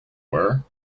were